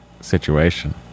situation